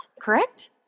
correct